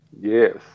yes